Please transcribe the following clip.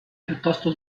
piuttosto